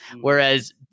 Whereas